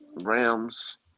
Rams